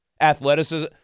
Athleticism